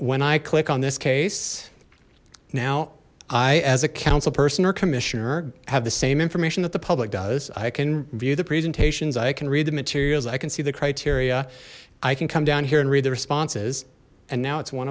when i click on this case now i as a council person or commissioner have the same information that the public does i can view the presentations i can read the materials i can see the criteria i can come down here and read the responses and now it's one